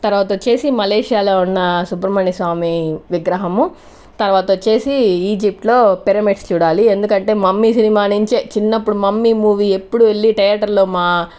తర్వాత వచ్చేసి మలేషియాలో ఉన్న సుబ్రమణ్యస్వామి విగ్రహం తర్వాత వచ్చేసి ఈజిప్ట్లో పిరమిడ్స్ చూడాలి ఎందుకంటే మమ్మీ సినిమా నుంచే చిన్నప్పుడు మమ్మీ మూవీ ఎప్పుడు వెళ్లి థియేటర్ లో మా